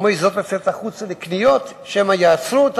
ולא מעזות לצאת החוצה לקניות שמא יעצרו אותן,